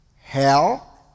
hell